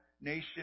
nation